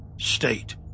State